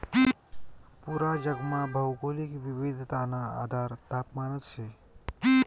पूरा जगमा भौगोलिक विविधताना आधार तापमानच शे